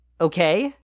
okay